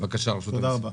תודה רבה.